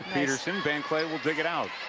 petersen. van kley will dig it out